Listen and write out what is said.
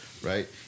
right